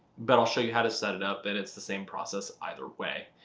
but i'll show you how to set it up and it's the same process either way.